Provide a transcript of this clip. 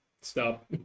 Stop